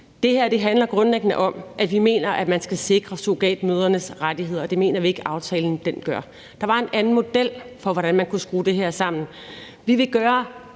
Det her handler grundlæggende om, at vi mener, at man skal sikre surrogatmødrenes rettigheder, og det mener vi ikke aftalen gør. Der var en anden model for, hvordan man kunne skrue det her sammen. Vi vil gøre